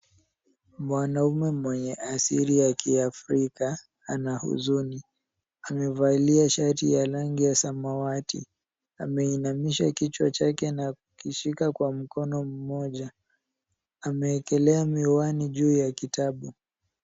Mwanaume mwenye asili ya kiafrika ana huzuni. Amevalia shati ya rangi ya samawati. Ameinamisha kichwa chake na kuskishika kwa mkono mmoja. Amewekelea miwani juu ya kitabu.